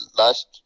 last